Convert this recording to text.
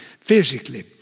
physically